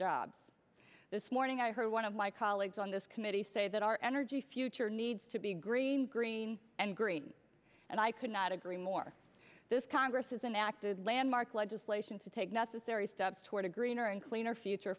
jobs this morning i heard one of my colleagues on this committee say that our energy future needs to be green green and green and i could not agree more this congress is enacted landmark legislation to take necessary steps toward a greener and cleaner future